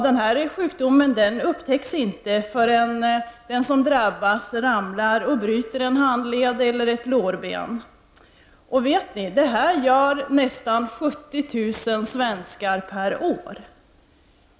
Den sjukdomen upptäcks inte förrän den som drabbats ramlar och bryter en handled eller ett lårben. Och vet ni — det gör nästan 70 000 svenskar per år.